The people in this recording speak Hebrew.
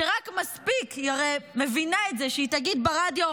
שרק מספיק, היא הרי מבינה את זה, שהיא תגיד ברדיו: